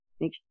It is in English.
make